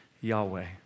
Yahweh